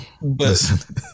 listen